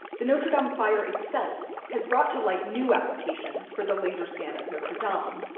the notre-dame fire itself has brought to light new applications for the laser scan of notre-dame, um